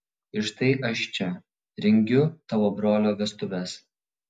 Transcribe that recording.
ir štai aš čia rengiu tavo brolio vestuves